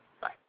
Bye